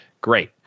Great